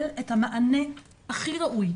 שכתבה את ההבטחה הזאת לילדה תעמוד ה הבטחה הזאת,